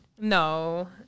No